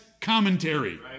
commentary